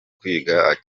kwiga